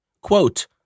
Quote